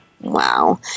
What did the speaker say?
Wow